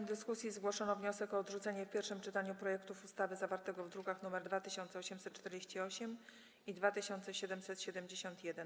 W dyskusji zgłoszono wniosek o odrzucenie w pierwszym czytaniu projektów ustaw zawartych w drukach nr 2848 i 2771.